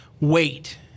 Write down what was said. wait